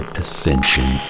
ascension